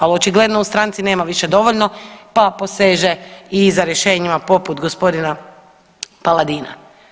Ali očigledno u stranci nema više dovoljno pa poseže i za rješenjima poput gospodina Paladina.